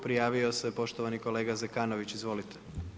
Prijavio se poštovani kolega Zekanović, izvolite.